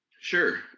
Sure